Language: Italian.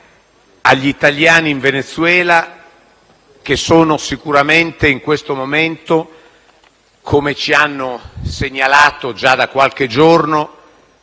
agli italiani in Venezuela, che sono sicuramente in questo momento - come ci hanno segnalato già da qualche giorno